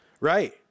Right